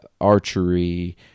archery